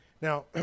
Now